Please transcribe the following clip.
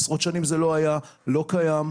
עשרות שנים זה לא היה, לא קיים,